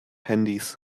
handys